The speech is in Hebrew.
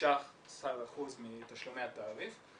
כ-16% מתשלומי התעריף.